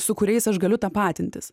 su kuriais aš galiu tapatintis